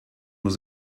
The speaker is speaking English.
was